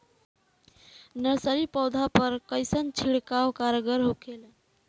Nursery पौधा पर कइसन छिड़काव कारगर होखेला?